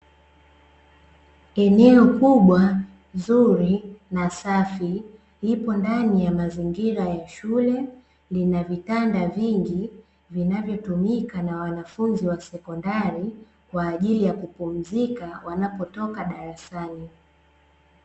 Eneo kubwa zuri na safi lipo ndani ya mazingira ya shule, lina vitanda vingi vinavyotumika na wanafunzi wa sekondari, kwa ajili ya kupumzika wanapotoka darasani.